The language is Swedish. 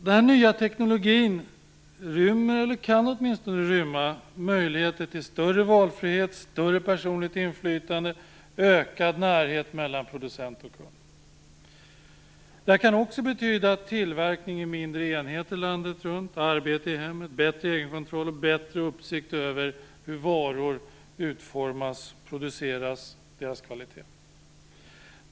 Denna nya teknologi rymmer, eller kan rymma, möjligheter till större valfrihet, större personligt inflytande och ökad närhet mellan producent och kund. Den kan också betyda tillverkning i mindre enheter landet runt - arbete i hemmet, bättre egenkontroll och bättre uppsikt över hur varor utformas och produceras och över deras kvalitet.